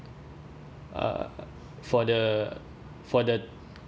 uh for the for the